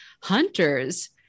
hunters